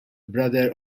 brother